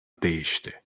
değişti